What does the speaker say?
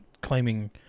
claiming